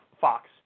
Fox